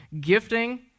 Gifting